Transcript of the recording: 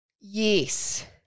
Yes